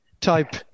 type